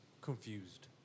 confused